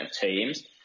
teams